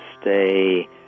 stay